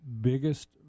biggest